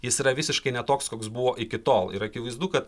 jis yra visiškai ne toks koks buvo iki tol ir akivaizdu kad